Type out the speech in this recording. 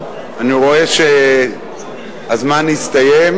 אני רואה שהזמן הסתיים